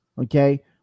okay